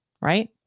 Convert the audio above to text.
right